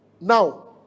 Now